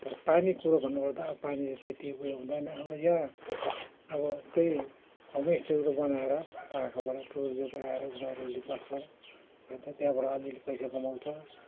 तर पानी कुरो भन्नुपर्दा पानीले त्यति उयो हुँदैन हाम्रो यहाँ अब त्यही होमस्टेहरू बनाएर पाखाबाट टुरिस्टहरू आएर उनीहरू बस्छ अन्त त्यहाँबाट अलिअलि पैसा कमाउँछ